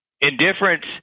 Indifference